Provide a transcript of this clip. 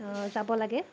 অ' যাব লাগে